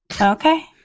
okay